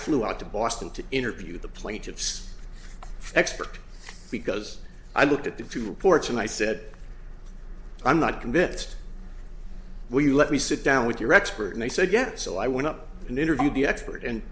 flew out to boston to interview the plaintiff's expert because i looked at the two reports and i said i'm not convinced will you let me sit down with your expert and they said yes so i went up and interview the expert and